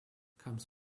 comes